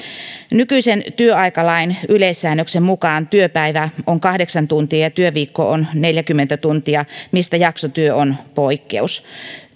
nykyisen työaikalain yleissäännöksen mukaan työpäivä on kahdeksan tuntia ja työviikko on neljäkymmentä tuntia mistä jaksotyö on poikkeus